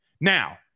Now